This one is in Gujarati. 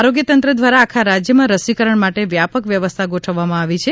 આરોગ્ય તંત્ર દ્વારા આખા રાજ્યમાં રસીકરણ માટે વ્યાપક વ્યવસ્થા ગોઠવવામાં આવી છે